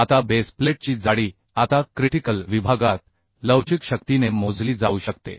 आता बेस प्लेटची जाडी आता क्रिटिकल विभागात लवचिक शक्तीने मोजली जाऊ शकते